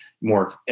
more